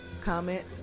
comment